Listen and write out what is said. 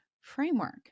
framework